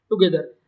together